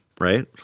right